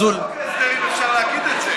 על כל חוק ההסדרים אפשר להגיד את זה.